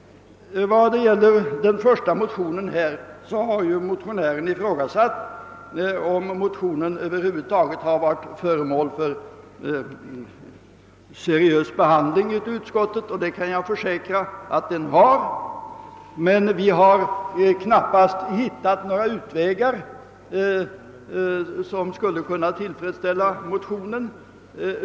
Vad gäller den förstnämnda motionen har motionären ifrågasatt om motionen över huvud taget har varit föremål för seriös behandling i utskottet, och det kan jag försäkra att den har. Men vi har knappast hittat några utvägar som skulle kunna tillfredsställa motionären.